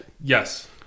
Yes